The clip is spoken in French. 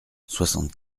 soixante